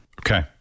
Okay